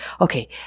Okay